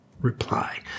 Reply